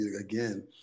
again